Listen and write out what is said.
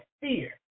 fear